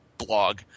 blog